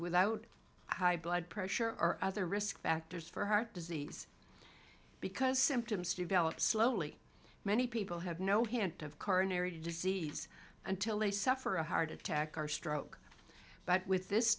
without high blood pressure or other risk factors for heart disease because symptoms develop slowly many people have no hint of coronary disease until they suffer a heart attack or stroke but with this